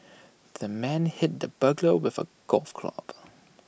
the man hit the burglar with A golf club